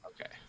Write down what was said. Okay